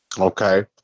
Okay